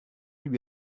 lui